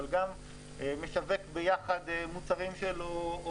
אבל גם משווק יחד מוצרים שלו,